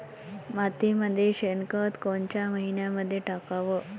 मातीमंदी शेणखत कोनच्या मइन्यामंधी टाकाव?